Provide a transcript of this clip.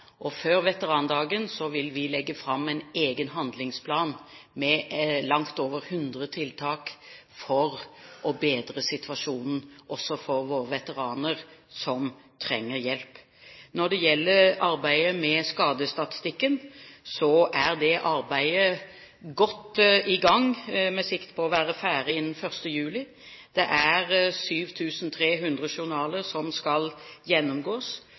Før veterandagen vil vi legge fram en egen handlingsplan med langt over 100 tiltak for å bedre situasjonen også for våre veteraner som trenger hjelp. Når det gjelder arbeidet med skadestatistikken, er det godt i gang med sikte på å være ferdig innen 1. juli. Det er 7 300 journaler som skal gjennomgås.